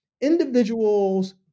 individuals